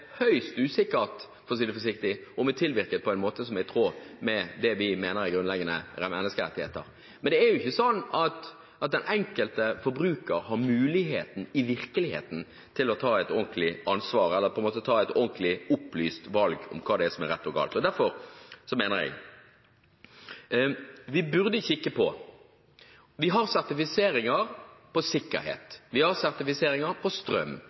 vi mener er grunnleggende menneskerettigheter. Men det er jo ikke slik at den enkelte forbruker i virkeligheten har mulighet til å ta et ordentlig ansvar eller ta et ordentlig opplyst valg om hva som er rett og galt. Derfor mener jeg vi burde kikke på: Vi har sertifiseringer for sikkerhet, vi har sertifiseringer for strøm